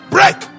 Break